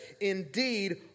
Indeed